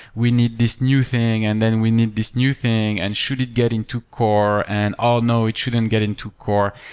we need this new thing, and then we need this new thing, and should it get into core, and, oh no, it shouldn't get into core.